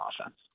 offense